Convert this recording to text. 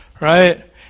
Right